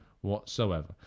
whatsoever